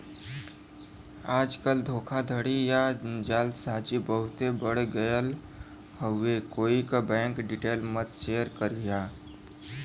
आजकल धोखाधड़ी या जालसाजी बहुते बढ़ गयल हउवे कोई क बैंक डिटेल मत शेयर करिहा